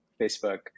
Facebook